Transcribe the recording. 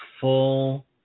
Full